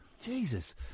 Jesus